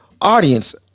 audience